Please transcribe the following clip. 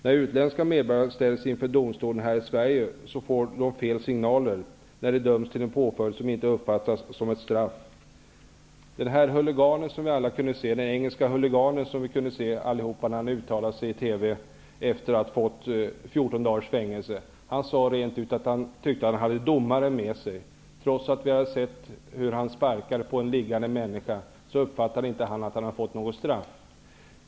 När utländska medborgare ställs inför domstol här i Sverige får de fel signaler när de döms till en påföljd som inte uppfattas som ett straff. Den engelske huliganen, som vi kunde se uttala sig i TV efter det att han fått 14 dagars fängelse, sade rent ut att han tyckte att han hade domaren med sig. Trots att han sparkat på en liggande människa, som vi alla sett, uppfattade han inte att han hade fått något straff.